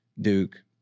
Duke